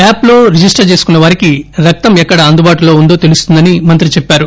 యాప్లో రిజిస్టర్ చేసుకున్న వారికి రక్తం ఎక్కడ అందుబాటులో ఉందో తెలుస్తుందని మంత్రి చెప్పారు